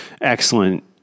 excellent